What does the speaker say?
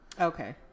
Okay